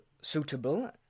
suitable